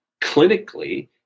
clinically